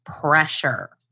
pressure